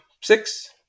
Six